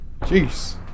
Jeez